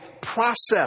process